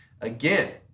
again